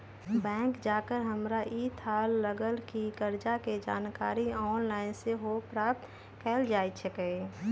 bank जा कऽ हमरा इ थाह लागल कि कर्जा के जानकारी ऑनलाइन सेहो प्राप्त कएल जा सकै छै